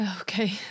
Okay